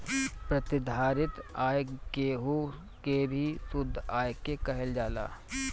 प्रतिधारित आय केहू के भी शुद्ध आय के कहल जाला